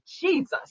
Jesus